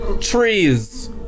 trees